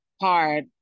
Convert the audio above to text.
hard